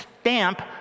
stamp